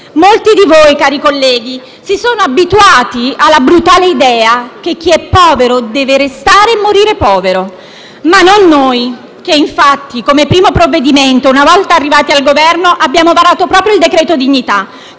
Molti di voi, cari colleghi, si sono abituati alla brutale idea che chi è povero deve restare e morire povero ma non noi che infatti, come primo provvedimento, una volta arrivati al Governo abbiamo varato proprio il cosiddetto